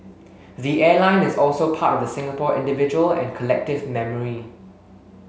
the airline is also part of the Singapore individual and collective memory